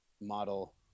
model